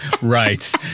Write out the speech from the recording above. Right